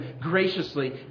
graciously